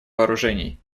вооружений